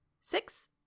Six